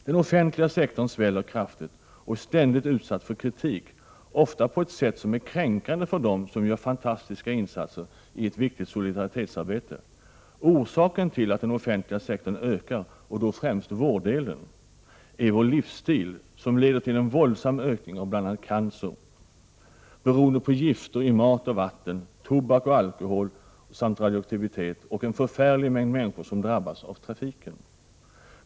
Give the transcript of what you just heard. Den offentliga sektorn sväller kraftigt och är ständigt utsatt för kritik — ofta på ett sätt som är kränkande för dem som gör fantastiska insatser i ett viktigt solidaritetsarbete. Orsaken till att den offentliga sektorn ökar, och då främst vårddelen, är vår livsstil som leder till en våldsam ökning av cancer beroende på gifter i mat och vatten, tobak och alkohol samt radioaktivitet — och en förfärlig mängd människor som drabbas av trafiken.